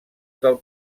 del